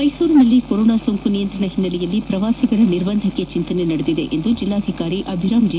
ಮೈಸೂರಿನಲ್ಲಿ ಕೊರೊನಾ ಸೋಂಕು ನಿಯಂತ್ರಣ ಹಿನ್ನೆಲೆಯಲ್ಲಿ ಪ್ರವಾಸಿಗರ ನಿರ್ಬಂಧಕ್ಕೆ ಚಿಂತನೆ ನಡೆದಿದೆ ಎಂದು ಜಿಲ್ಲಾಧಿಕಾರಿ ಅಭಿರಾಂ ಜಿ